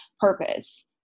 purpose